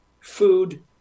Food